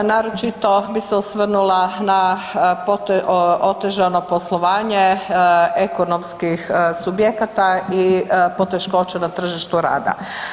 Naročito bi se osvrnula na otežano poslovanje ekonomskih subjekata i poteškoća na tržištu rada.